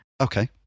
Okay